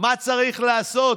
מה צריך לעשות.